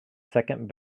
second